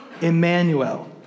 Emmanuel